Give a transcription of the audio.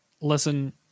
listen